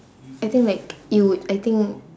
I think like you would I think